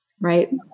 Right